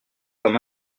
comme